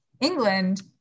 England